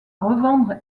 revendre